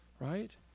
right